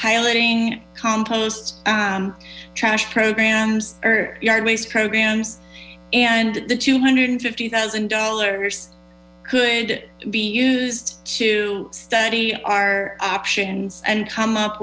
piloting compost trash programs or yard waste programs and the two hundred and fifty thousand dollars could be used to study our options and come up